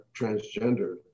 transgender